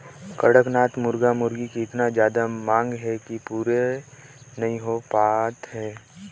कड़कनाथ मुरगा मुरगी के एतना जादा मांग हे कि पूरे नइ हो पात हे